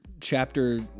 chapter